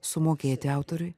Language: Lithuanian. sumokėti autoriui